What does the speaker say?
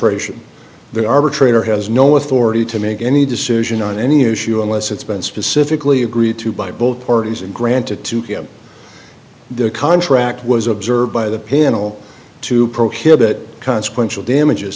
ration the arbitrator has no authority to make any decision on any issue unless it's been specifically agreed to by both parties and granted the contract was observed by the panel to prohibit consequential damages